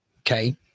okay